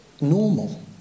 normal